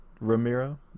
Ramiro